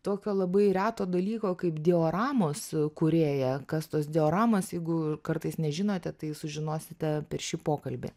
tokio labai reto dalyko kaip dioramos kūrėja kas tos dioramos jeigu kartais nežinote tai sužinosite per šį pokalbį